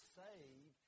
save